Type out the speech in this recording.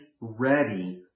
ready